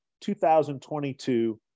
2022